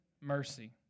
mercy